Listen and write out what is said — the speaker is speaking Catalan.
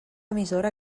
emissora